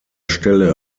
stelle